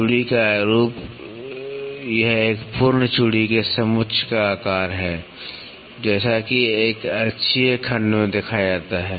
चूड़ी का रूप यह एक पूर्ण चूड़ी के समोच्च का आकार है जैसा कि एक अक्षीय खंड में देखा जाता है